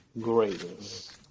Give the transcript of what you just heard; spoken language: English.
greatest